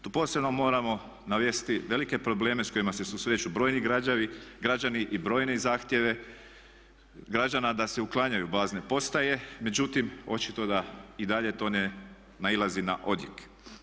Tu posebno moramo navesti velike probleme sa kojima se susreću brojni građani i brojne zahtjeve građana da se uklanjaju bazne postaje, međutim, očito da i dalje to ne nailazi na odjek.